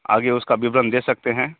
आगे उसका विवरण दे सकते हैं